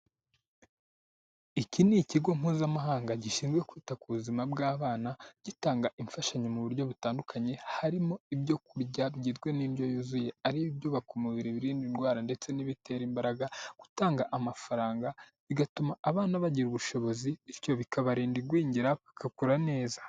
Iki ni ikigo mpuzamahanga gishinzwe kwita ku buzima bw'abana, gitanga imfashanyo mu buryo butandukanye, harimo ibyokurya bitwa n'indyo yuzuye ari ibyubaka umubir, ibirinda indwara ndetse n'ibitera imbaraga, gutanga amafaranga bigatuma abana bagira ubushobozi bityo bikabarinda igwingira bagakura neza.